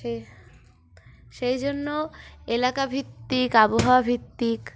সে সেই জন্য এলাকাভিত্তিক আবহাওয়াভিত্তিক